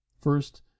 First